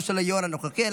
לא של היו"ר הנוכחי.